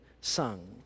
sung